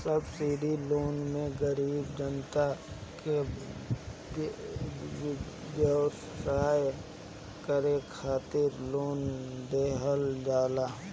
subsidy loan मे गरीब जनता के व्यवसाय करे खातिर लोन देहल जाला